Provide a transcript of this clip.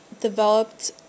developed